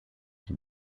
die